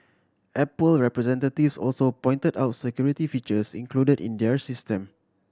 apple representatives also pointed out security features included in their system